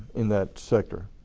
in that sector.